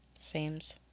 Seems